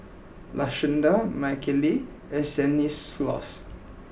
Lashunda Michaele and Stanislaus